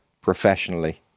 professionally